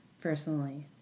personally